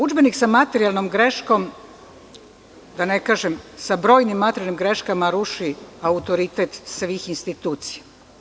Udžbenik sa materijalnom greškom, da ne kažem sa brojnim materijalnim greškama ruši autoritet svih institucija.